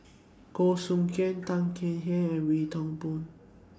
Goh Soo Khim Tan Kek Hiang and Wee Toon Boon